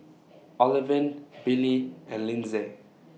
Olivine Billie and Lindsay